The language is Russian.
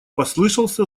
послышался